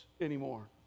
anymore